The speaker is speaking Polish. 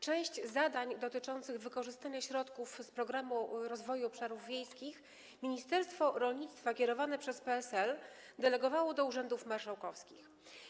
Część zadań dotyczących wykorzystania środków z Programu Rozwoju Obszarów Wiejskich ministerstwo rolnictwa kierowane przez PSL delegowało do urzędów marszałkowskich.